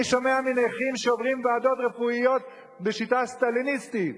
אני שומע מנכים שעוברים ועדות רפואיות בשיטה סטליניסטית,